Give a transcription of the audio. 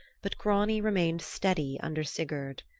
but grani remained steady under sigurd.